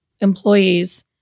employees